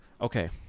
Okay